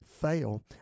fail